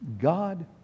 God